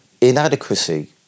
inadequacy